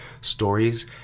stories